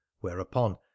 whereupon